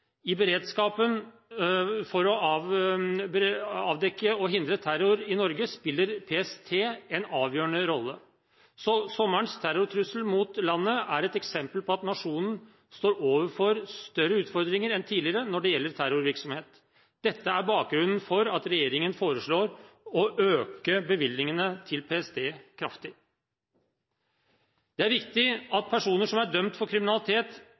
I beredskapen for å avdekke og hindre terror i Norge spiller PST en avgjørende rolle. Sommerens terrortrussel mot landet er et eksempel på at nasjonen står overfor større utfordringer enn tidligere når det gjelder terrorvirksomhet. Dette er bakgrunnen for at regjeringen foreslår å øke bevilgningene til PST kraftig. Det er viktig at personer som er dømt for kriminalitet,